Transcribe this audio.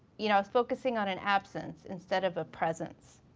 you know i was focusing on an absence instead of a presence.